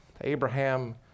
Abraham